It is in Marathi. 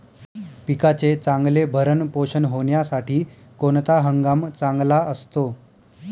पिकाचे चांगले भरण पोषण होण्यासाठी कोणता हंगाम चांगला असतो?